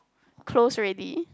close already